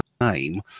name –